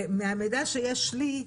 מהמידע שיש לי,